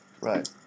Right